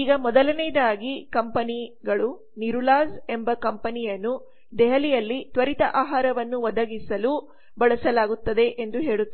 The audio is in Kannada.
ಈಗ ಮೊದಲನೆಯದಾಗಿ ಕಂಪೆನಿಗಳು ನಿರುಲಾಸ್ ಎಂಬ ಕಂಪನಿಯನ್ನು ದೆಹಲಿಯಲ್ಲಿ ತ್ವರಿತ ಆಹಾರವನ್ನು ಒದಗಿಸಲು ಬಳಸಲಾಗುತ್ತದೆ ಎಂದು ಹೇಳುತ್ತದೆ